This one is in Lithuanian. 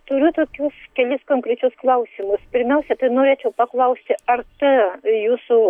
turiu tokius kelis konkrečius klausimus pirmiausia tai norėčiau paklausti ar tą jūsų